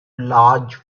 large